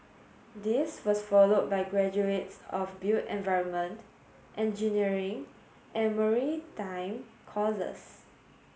this was followed by graduates of built environment engineering and maritime courses